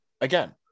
again